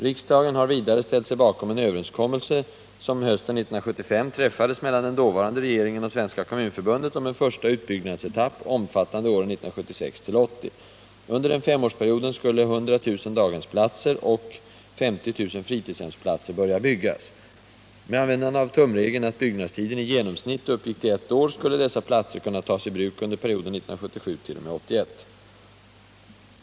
Riksdagen har vidare ställt sig bakom en överenskommelse som hösten 1975 träffades mellan den dåvarande regeringen och Svenska kommunförbundet om en första utbygg 87 nadsetapp omfattande åren 1976-1980. Under den femårsperioden skulle 100 000 daghemsplatser och 50 000 fritidshemsplatser börja byggas. Med användande av tumregeln att byggnadstiden i genomsnitt uppgick till ett år skulle dessa platser kunna tas i bruk under perioden 19771. o. m. 1981.